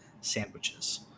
sandwiches